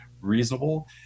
reasonable